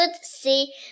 see